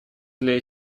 для